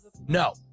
No